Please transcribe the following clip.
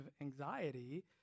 anxiety